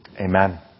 Amen